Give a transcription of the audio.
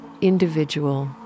individual